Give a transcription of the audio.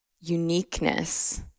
uniqueness